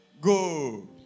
go